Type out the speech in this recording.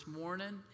morning